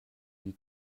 die